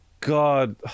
God